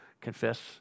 confess